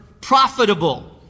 profitable